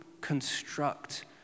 construct